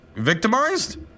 Victimized